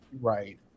Right